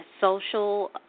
social